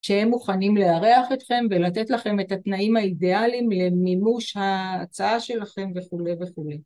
שהם מוכנים לארח אתכם ולתת לכם את התנאים האידיאליים למימוש ההצעה שלכם וכולי וכולי